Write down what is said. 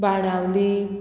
Benaulim